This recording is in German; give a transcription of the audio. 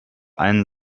einen